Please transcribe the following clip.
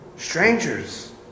Strangers